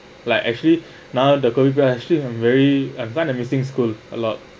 like actually now the COVID actually I'm very I'm kind of missing school a lot